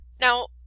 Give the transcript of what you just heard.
Now